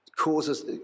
causes